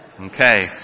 Okay